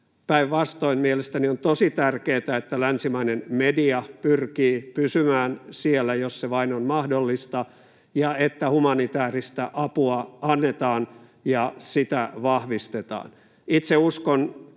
Päinvastoin mielestäni on tosi tärkeätä, että länsimainen media pyrkii pysymään siellä, jos se vain on mahdollista, ja että humanitääristä apua annetaan ja vahvistetaan. Vaikka